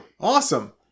Awesome